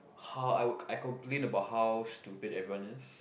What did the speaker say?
how I would I complain about how stupid everyone is